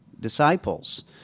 disciples